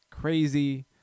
crazy